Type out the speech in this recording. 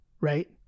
right